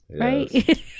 right